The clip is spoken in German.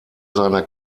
seiner